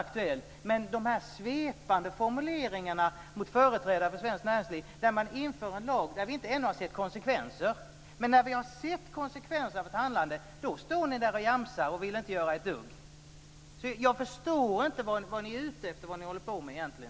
I stället framförs svepande formuleringar mot företrädare för svenskt näringsliv och en lag införs där det ännu inte har blivit några konsekvenser. Men när det har framgått konsekvenser av ett handlande står ni och jamsar och vill inte göra någonting. Jag förstår inte vad ni är ute efter egentligen.